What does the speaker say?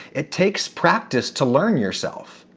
it takes practice to learn yourself.